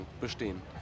bestehen